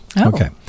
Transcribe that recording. Okay